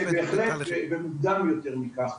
ומוקדם יותר מכך.